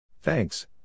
Thanks